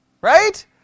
right